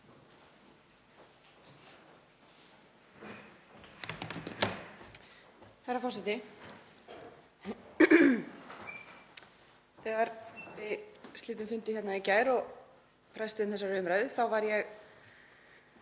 Þegar við slitum fundi hér í gær og frestuðum þessari umræðu var ég